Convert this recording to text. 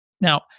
Now